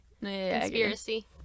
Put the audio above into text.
conspiracy